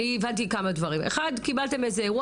אתה אומר שקבלתם אירוע,